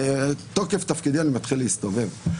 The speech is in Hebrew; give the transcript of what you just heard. בתוקף תפקידי אני מתחיל להסתובב.